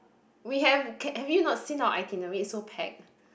we have can have you not seen our itinerary it's so pack